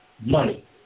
money